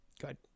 good